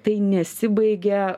tai nesibaigia